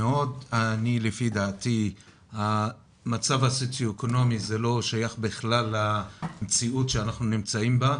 לפי דעתי המצב הסוציו-אקונומי לא שייך בכלל למציאות שאנחנו נמצאים בה.